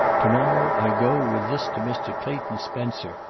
to-morrow i go, with this to mr. clayton spencer,